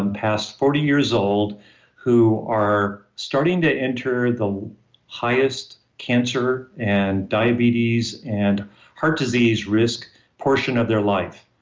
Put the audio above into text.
and past forty years old who are starting to enter the highest cancer and diabetes and heart disease risk portion of their life.